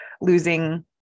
losing